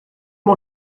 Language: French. mon